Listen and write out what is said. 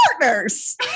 partners